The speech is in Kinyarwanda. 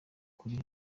kuli